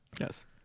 Yes